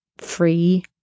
free